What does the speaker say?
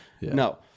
No